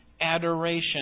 adoration